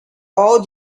all